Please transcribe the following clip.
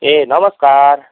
ए नमस्कार